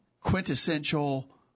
quintessential